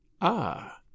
Ah